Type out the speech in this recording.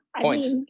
Points